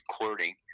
recording